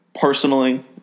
personally